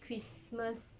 christmas